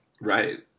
Right